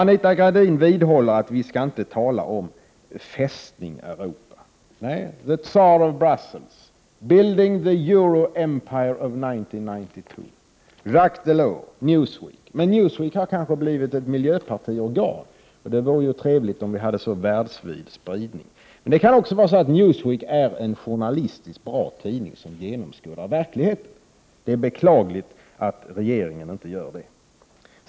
Anita Gradin vidhåller att vi inte skall tala om Fästning Europa. I Newsweek kan man läsa: ”The Csar of Brussels — Building the Euro-Empire of 1992. Jacques Delors”. Men Newsweek har kanske blivit ett miljöpartiorgan. Det vore ju trevligt, om vi hade en så världsvid spridning. Det kan också vara så att Newsweek är en journalistiskt bra tidning som genomskådar verkligheten. Det är beklagligt att regeringen inte gör det.